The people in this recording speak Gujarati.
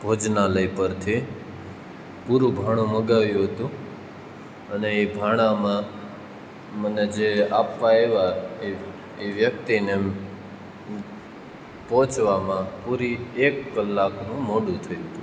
ભોજનાલય પરથી પૂરું ભાણું મંગાવ્યું હતું અને એ ભાણામાં મને જે આપવા આવ્યા એ એ વ્યક્તિને પહોંચવામાં પૂરી એક કલાકનું મોડું થયું હતું